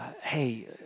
Hey